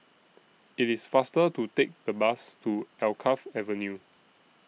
IT IS faster to Take The Bus to Alkaff Avenue